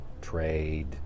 trade